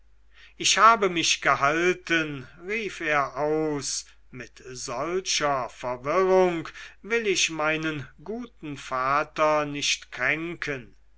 ich habe mich gehalten rief er aus mit solcher verwirrung will ich meinen guten vater nicht kränken